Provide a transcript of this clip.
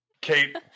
Kate